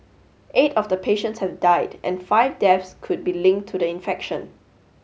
eight of the patients have died and five deaths could be linked to the infection